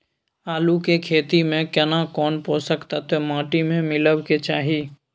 आलू के खेती में केना कोन पोषक तत्व माटी में मिलब के चाही?